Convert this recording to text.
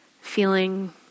feeling